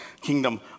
kingdom